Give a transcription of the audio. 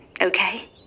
Okay